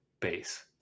base